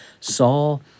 Saul